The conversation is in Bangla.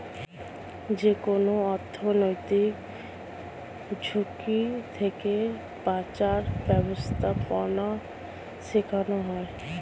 যেকোনো অর্থনৈতিক ঝুঁকি থেকে বাঁচার ব্যাবস্থাপনা শেখানো হয়